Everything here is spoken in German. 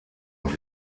und